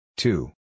Two